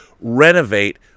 renovate